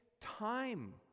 time